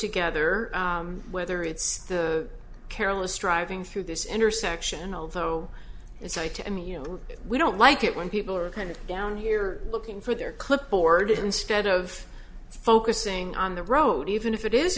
together whether it's careless driving through this intersection although it's high to him you know we don't like it when people are kind of down here looking for their clipboard instead of focusing on the road even if it is